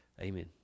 Amen